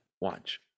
Watch